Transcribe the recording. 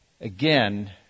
Again